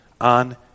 on